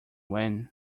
when